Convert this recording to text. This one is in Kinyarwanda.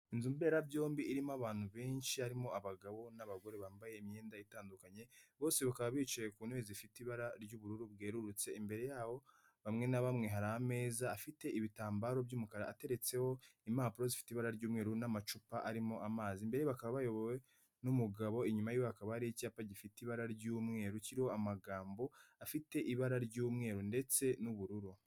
Inzu mberabyombi irimo abantu benshi harimo abagabo n'abagore bambaye imyenda itandukanye. Bose bakaba bicaye ku ntebe zifite ibara ry'ubururu bwerurutse. Imbere yabo bamwe na bamwe hari ameza afite ibitambaro by'umukara ateretseho impapuro zifite ibara ry'umweru n'amacupa arimo amazi. Mbe bakaba bayobowe n'umugabo inyuma ye hakaba hari icyapa gifite ibara ry'umweru kiriho amagambo afite ibara ry'umweru ndetse n'ubururu.